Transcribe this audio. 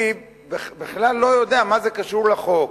אני בכלל לא יודע מה זה קשור לחוק.